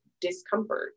discomfort